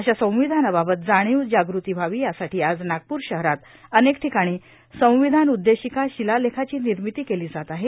शा संविधानाबाबत जाणीव जागृती व्हावी यासाठी आज नागपूर शहरात नेक ठिकाणी संविधान उद्देशिका शिलालेखाची निर्मिती केली जात आहे